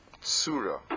surah